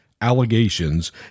allegations